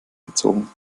gezogen